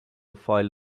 file